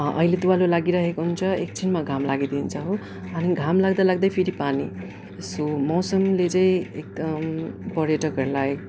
अहिले तुवाँलो लागिरहेको हुन्छ एकछिनमा घाम लागिदिन्छ हो अनि घाम लाग्दालाग्दै फेरि पानी सो मौसमले चाहिँ एकदम यो पर्यटकहरूलाई